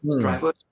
driver